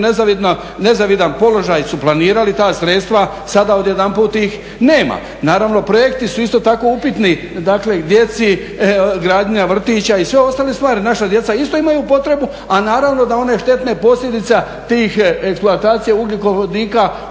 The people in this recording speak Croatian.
nezavidan položaj jer su planirali ta sredstva, sada odjedanput ih nema. Naravno projekti su isto tako upitni, dakle djeci gradnja vrtića i sve ostale stvari. Naša djeca isto imaju potrebu, a naravno da one štetne posljedice tih eksploatacija ugljikovodika